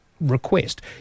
request